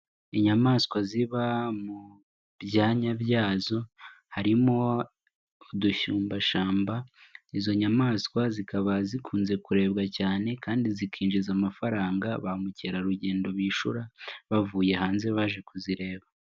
Inyamaswa ziba mu byanya byazo harimo udushyumbashamba, izo nyamaswa zikaba zikunze kurebwa cyane kandi zikinjiza amafaranga ba mukerarugendo bishyura bavuye hanze baje kuzireba.